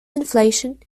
inflation